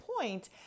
point